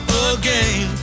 again